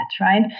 right